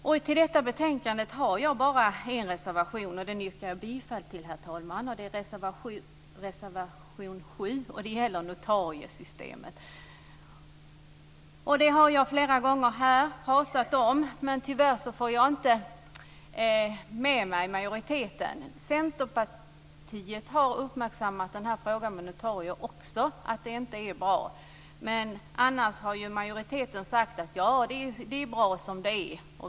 Till detta betänkande har jag bara en reservation. Den yrkar jag bifall till, herr talman. Det är reservation 7, som gäller notariesystemet. Det har jag här flera gånger pratat om, men tyvärr får jag inte med mig majoriteten. Centerpartiet har också uppmärksammat frågan om notarier och sett att det inte är bra. Men annars har majoriteten sagt: Det är bra som det är.